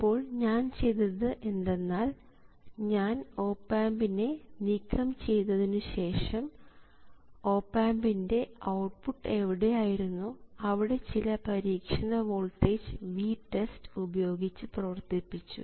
ഇപ്പോൾ ഞാൻ ചെയ്തത് എന്തെന്നാൽ ഞാൻ ഓപ് ആമ്പിനെ നീക്കം ചെയ്തതിനുശേഷം ഓപ് ആമ്പിൻറെ ഔട്ട്പുട്ട് എവിടെയായിരുന്നോ അവിടെ ചില പരീക്ഷണ വോൾട്ടേജ് VTEST ഉപയോഗിച്ച് പ്രവർത്തിപ്പിച്ചു